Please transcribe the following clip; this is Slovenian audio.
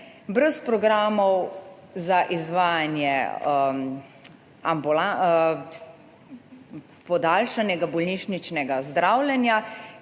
brez programov za izvajanje podaljšanega bolnišničnega zdravljenja,